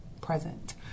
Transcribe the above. present